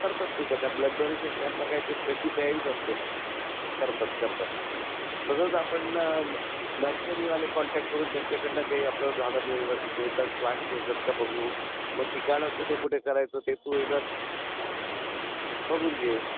करतात ते त्यांना ब्लड डोनेशन कॅम्पला काय तेच त्यांची तयारीच असते करतात करतात तसंच आपण न नर्सरीवाले कॉन्टॅक्ट करून त्यांच्याकडनं काही आपल्याला झाडं मिळणं मिळतात प्लांट मिळतात का बघू मग ठिकाणं कुठे कुठे करायचं ते तू एकदा ह बघून घे